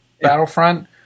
Battlefront